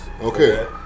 Okay